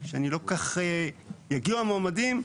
יגיעו המועמדים.